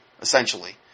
essentially